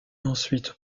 ensuite